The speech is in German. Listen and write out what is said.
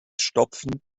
stopfen